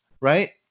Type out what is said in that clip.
right